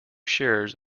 shares